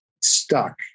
stuck